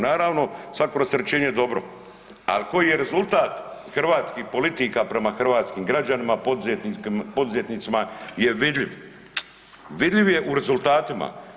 Naravno svako rasterećenje je dobro, ali koji je rezultat hrvatskih politika prema hrvatskim građanima, poduzetnicima je vidljiv, vidljiv je u rezultatima.